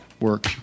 work